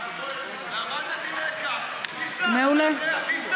להוסיף אותי לפרוטוקול, בעד.